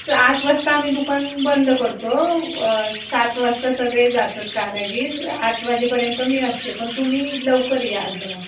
असं आठ वाजता आम्ही दुकान बंद करतो सात वाजता सगळे जातात कारागीर आठ वाजेपर्यंत मी असते पण तुम्ही लवकर या जरा